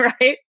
right